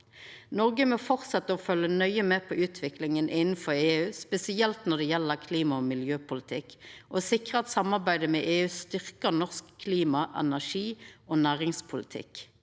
Noreg må fortsetja å følgja nøye med på utviklinga innanfor EU, spesielt når det gjeld klima- og miljøpolitikk, og sikra at samarbeidet med EU styrkjar norsk klima-, energi- og næringspolitikk.